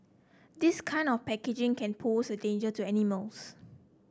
this kind of packaging can pose a danger to animals